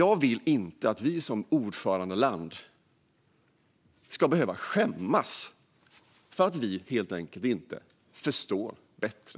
Jag vill inte att vi som ordförandeland ska behöva skämmas för att vi helt enkelt inte förstår bättre.